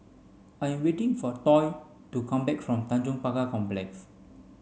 I am waiting for Toy to come back from Tanjong Pagar Complex